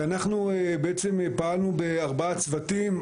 ואנחנו בעצם פעלנו בארבעה צוותים.